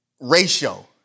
ratio